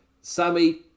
Sammy